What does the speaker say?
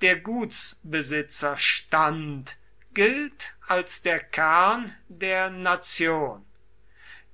der gutsbesitzerstand gilt als der kern der nation